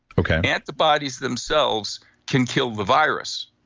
antibodies themselves can kill the virus,